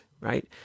right